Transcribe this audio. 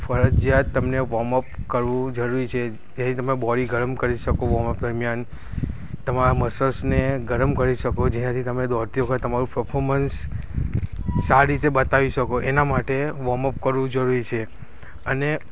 ફરજિયાત તમને વોર્મઅપ કરવું જરૂરી છે જેથી તમે બોડી ગરમ કરી શકો વોર્મઅપ દરમિયાન તમારા મસલ્સને ગરમ કરી શકો જેનાથી તમે દોડતી વખતે તમારું પર્ફોમન્સ સારી રીતે બતાવી શકો એના માટે વોર્મઅપ કરવું જરૂરી છે અને